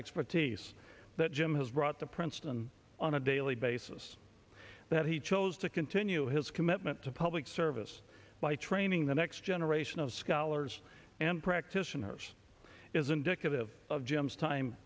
expertise that jim has brought to princeton on a daily basis that he chose to continue his commitment to public service by training the next generation of scholars and practitioners is indicative of jim's time